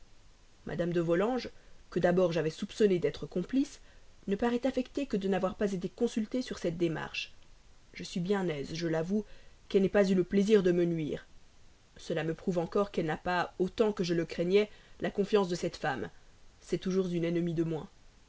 mme de volanges que d'abord j'avais soupçonnée d'être complice ne paraît affectée que de n'avoir pas été consultée sur cette démarche je suis bien aise je l'avoue qu'elle n'ait pas eu le plaisir de me nuire cela me prouve encore qu'elle n'a pas autant que je le craignais la confiance de cette femme c'est toujours une ennemie de moins